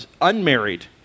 unmarried